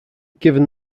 given